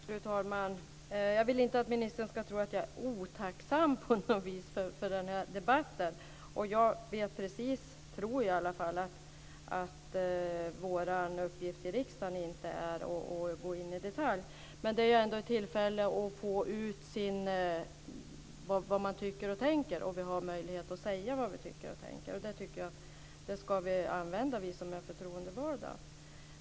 Fru talman! Jag vill inte att ministern ska tro att jag på något vis är otacksam för den här debatten. Jag vet precis, tror jag i alla fall, att vår uppgift i riksdagen inte är att gå in i detalj. Men det är ändå ett tillfälle att få fram vad man tycker och tänker, och vi har möjlighet att säga vad vi tycker och tänker. Det tycker jag att vi ska använda oss av, vi som är förtroendevalda.